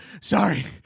sorry